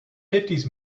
fifties